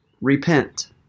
Repent